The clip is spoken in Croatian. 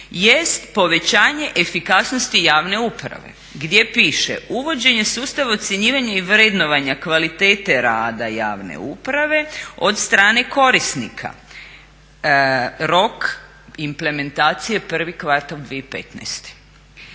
jest povećanje efikasnosti javne uprave gdje piše uvođenje sustava ocjenjivanja i vrednovanja kvalitete rada javne uprave od strane korisnika. Rok implementacije je prvi kvartal 2015.